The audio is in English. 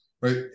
right